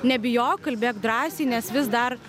nebijok kalbėk drąsiai nes vis dar